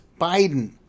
Biden